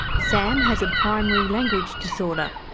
sam has a primary language disorder,